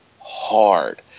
hard